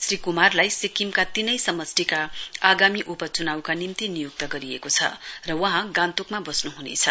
श्री कुमारलाई सिक्किमका तीनै समष्टिका आगामी उप चुनाउका निम्ति नियुक्त गरिएको छ र वहाँ गान्तोकमा बस्नुहुनेछ